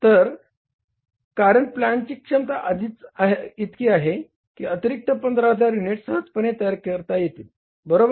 तर कारण प्लांटची क्षमता आधीच इतकी आहे की अतिरिक्त 15000 युनिट्स सहजपणे तयार करता येतील बरोबर